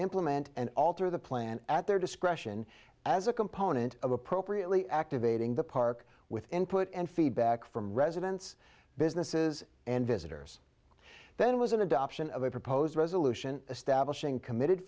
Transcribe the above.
implement and alter the plan at their discretion as a component of appropriately activating the park with input and feedback from residents businesses and visitors then was an adoption of a proposed resolution establishing committed